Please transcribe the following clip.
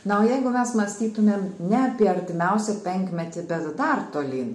na o jeigu mes mąstytumėm ne apie artimiausią penkmetį bet dar tolyn